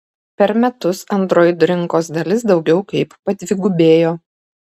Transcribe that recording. per metus android rinkos dalis daugiau kaip padvigubėjo